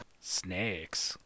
Snakes